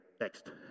Next